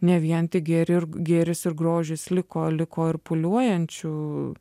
ne vien tik gėri gėris ir grožis liko liko ir pūliuojančių